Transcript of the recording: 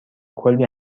کلی